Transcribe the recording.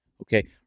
okay